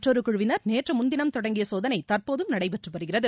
மற்றொரு குழுவினர் நேற்று முன்தினம் தொடங்கிய சோதனை தற்போதும் நடைபெற்று வருகிறது